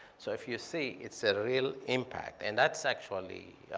so if you see, it's a real impact, and that's actually.